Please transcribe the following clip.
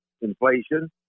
inflation